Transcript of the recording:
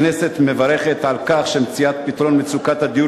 הכנסת מברכת על כך שמציאת פתרון מצוקת הדיור